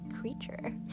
creature